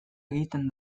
egiten